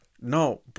No